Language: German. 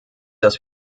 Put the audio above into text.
dass